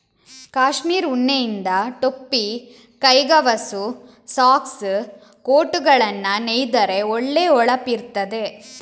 ಕಾಶ್ಮೀರ್ ಉಣ್ಣೆಯಿಂದ ಟೊಪ್ಪಿ, ಕೈಗವಸು, ಸಾಕ್ಸ್, ಕೋಟುಗಳನ್ನ ನೇಯ್ದರೆ ಒಳ್ಳೆ ಹೊಳಪಿರ್ತದೆ